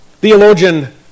Theologian